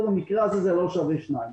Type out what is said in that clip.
במקרה הזה זה לא שווה שתיים.